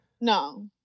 No